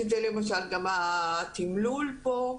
שזה למשל גם התמלול פה,